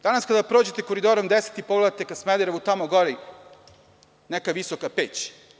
Danas kada prođete Koridorom 10 i pogledate ka Smederevu, tamo gori neka visoka peć.